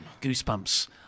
goosebumps